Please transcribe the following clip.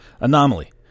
Anomaly